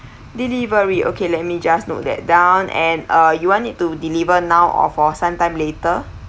delivery okay let me just note that down and uh you want it to deliver now or for sometime later